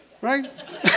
right